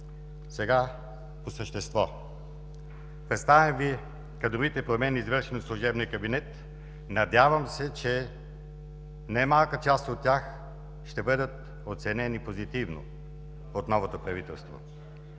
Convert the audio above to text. Сега по същество. Представям Ви кадровите промени, извършени от служебния кабинет. Надявам се, че не малка част от тях ще бъдат оценени позитивно от новото правителство.